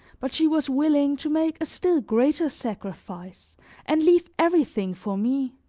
but she was willing to make a still greater sacrifice and leave everything for me.